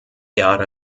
jahre